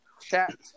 chat